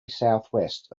southwest